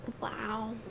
wow